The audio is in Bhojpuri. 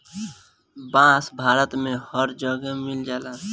बांस भारत में हर जगे मिल जाला